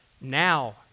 now